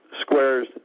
squares